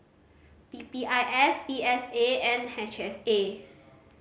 P P I S P S A and H S A